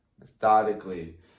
methodically